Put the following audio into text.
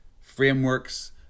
frameworks